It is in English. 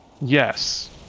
Yes